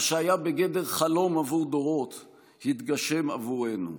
מה שהיה בגדר חלום עבור דורות התגשם עבורנו.